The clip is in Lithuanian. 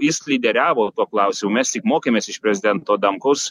jis lyderiavo tuo klausimu mes tik mokėmės iš prezidento adamkaus